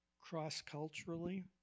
cross-culturally